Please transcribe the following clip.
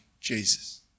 Jesus